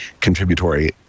contributory